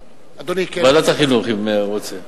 ועדת החינוך, אם הוא רוצה.